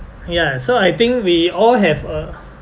ya so I think we all have a